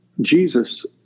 Jesus